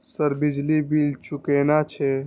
Sir बिजली bill चूकेना छे?